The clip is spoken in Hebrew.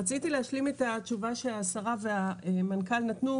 רציתי להשלים את התשובה שהשרה והמנכ"ל נתנו,